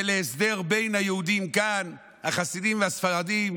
ולהסדר בין היהודים כאן, החסידים והספרדים,